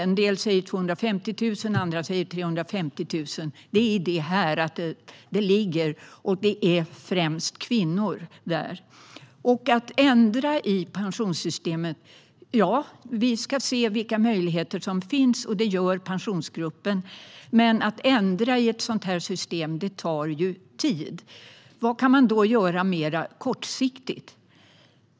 En del säger 250 000 medan andra säger 350 000. Det är i det häradet, och det är främst kvinnor. Pensionsgruppen ska se vilka möjligheter som finns att ändra i pensionssystemet, men att ändra i ett sådant här system tar tid. Vad kan man då göra mer kortsiktigt?